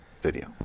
video